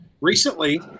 recently